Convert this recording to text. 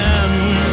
end